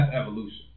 evolution